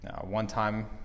One-time